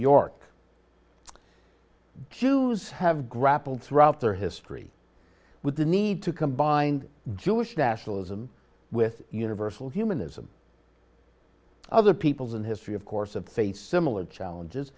york jews have grappled throughout their history with the need to combine jewish nationalism with universal humanism other peoples in history of course of face similar challenges